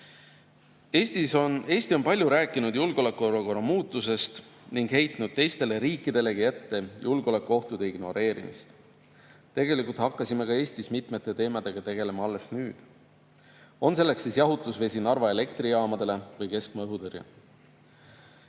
Eesti on palju rääkinud julgeolekukorra muutusest ning heitnud teistele riikidele ette julgeolekuohtude ignoreerimist. Tegelikult hakkasime ka Eestis mitmete teemadega tegelema alles nüüd, on selleks siis jahtusvesi Narva elektrijaamadele või keskmaa õhutõrje.